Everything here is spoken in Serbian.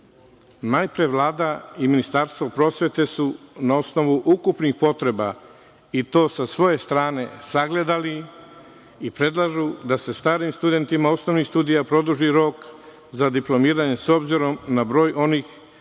Najpre, Vlada i Ministarstvo prosvete su na osnovu ukupnih potreba, i to sa svoje strane, sagledali i predlažu da se starim studentima osnovnih studija produži rok za diplomiranje, s obzirom na broj onih koji